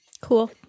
Cool